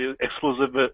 exclusive